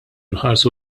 nħarsu